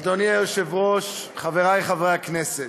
אדוני היושב-ראש, חבריי חברי הכנסת,